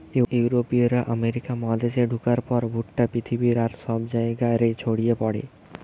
ইউরোপীয়রা আমেরিকা মহাদেশে ঢুকার পর ভুট্টা পৃথিবীর আর সব জায়গা রে ছড়ি পড়ে